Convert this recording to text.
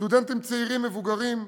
סטודנטים צעירים ומבוגרים,